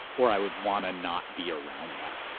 or i would want to not be around that.